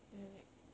then I like